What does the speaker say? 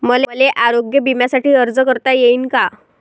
मले आरोग्य बिम्यासाठी अर्ज करता येईन का?